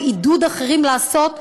ועידוד אחרים לעשות,